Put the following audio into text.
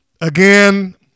Again